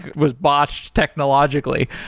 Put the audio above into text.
was botched technologically.